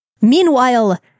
Meanwhile